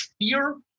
fear